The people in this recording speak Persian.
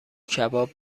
کباب